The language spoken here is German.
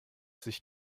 sich